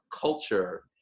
culture